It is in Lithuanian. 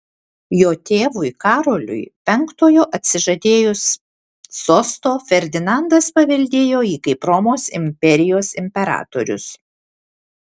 jo tėvui karoliui penktojo atsižadėjus sosto ferdinandas paveldėjo jį kaip romos imperijos imperatorius